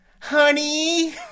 honey